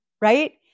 right